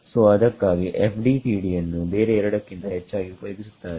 ಸೋಅದಕ್ಕಾಗಿ FDTD ಯನ್ನು ಬೇರೆ ಎರಡಕ್ಕಿಂತ ಹೆಚ್ಚಾಗಿ ಉಪಯೋಗಿಸುತ್ತಾರೆ